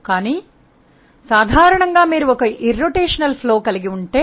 కానీ అది చాలా ప్రత్యేక కేసు సాధారణంగా మీరు ఒక భ్రమణ రహిత ప్రవాహం కలిగి ఉంటే